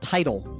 Title